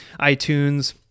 iTunes